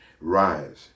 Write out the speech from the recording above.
Rise